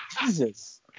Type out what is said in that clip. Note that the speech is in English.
Jesus